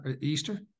Easter